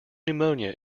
pneumonia